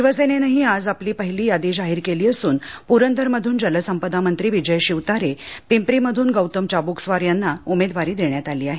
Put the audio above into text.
शिवसेनेनही आज पहिली यादी जाहीर केली अस्रन प्रंदर मध्रन जलसंपदा मंत्री विजय शिवतारे पिंपरी मधून गौतम चाबुकस्वार यांना उमेदवारी देण्यात आली आहे